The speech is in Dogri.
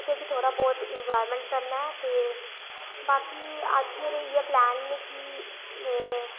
उत्थै बी थोह्ड़ा बहुत एंजॉयमेंट करना ऐ ते बाकी अज्ज मेरे इ'यै पलैन न कि में